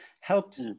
helped